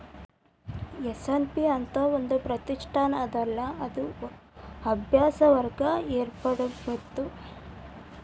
SNP ಅಂತ್ ಒಂದ್ ಪ್ರತಿಷ್ಠಾನ ಅದಲಾ ಅದು ಅಭ್ಯಾಸ ವರ್ಗ ಏರ್ಪಾಡ್ಮಾಡಿತ್ತು